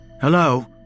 Hello